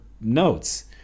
notes